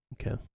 okay